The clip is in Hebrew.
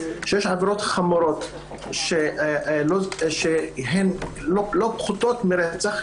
שיש עבירות חמורות שהן לא פחותות מרצח,